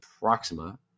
Proxima